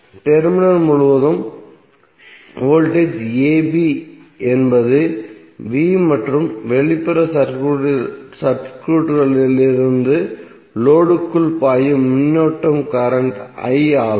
terminal முழுவதும் voltage a b என்பது V மற்றும் வெளிப்புற சர்க்யூட்களிலிருந்து லோடு க்குள் பாயும் மின்னோட்டம் கரண்ட் I ஆகும்